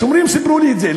השומרים סיפרו לי את זה,